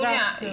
יוליה.